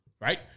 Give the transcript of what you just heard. Right